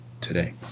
today